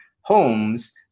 homes